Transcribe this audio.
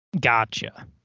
Gotcha